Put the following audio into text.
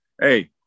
hey